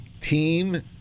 Team